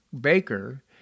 Baker